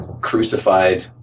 crucified